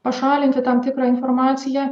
pašalinti tam tikrą informaciją